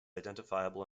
identifiable